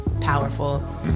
powerful